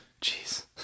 Jeez